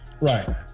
Right